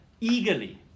eagerly